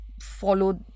follow